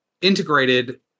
integrated